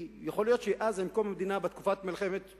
יכול להיות שאז, עם קום המדינה, ב-1948,